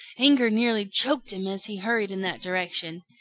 anger nearly choked him as he hurried in that direction.